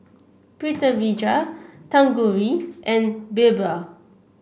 Pritiviraj Tanguturi and BirbaL